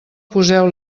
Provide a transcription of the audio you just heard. poseu